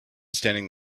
standing